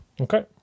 Okay